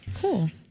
Cool